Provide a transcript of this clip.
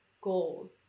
goal